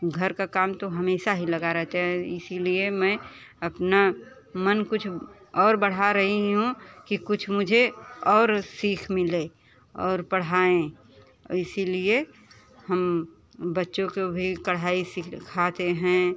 घर का काम तो हमेशा ही लगा रहता है इसीलिए मैं अपना मन कुछ और बढ़ा रही हूँ कि कुछ मुझे और सीख मिले और पढ़ाएं और इसीलिए हम बच्चों को भी कढ़ाई सिखाते हैं